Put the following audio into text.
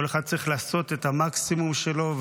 כל אחד צריך לעשות את המקסימום שלו,